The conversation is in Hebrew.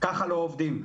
ככה לא עובדים.